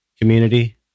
community